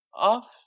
off